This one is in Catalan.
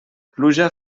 pluja